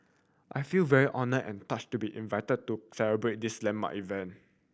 I feel very honoured and touched to be invited to celebrate this landmark event